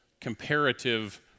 comparative